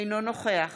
אינו נוכח